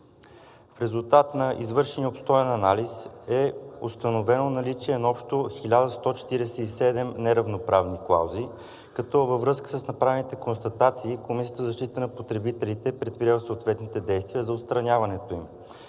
В резултат на извършен обстоен анализ е установено наличие на общо 1147 неравноправни клаузи, като във връзка с направените констатации Комисията за защита на потребителите е предприела съответните действия за отстраняването им.